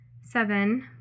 Seven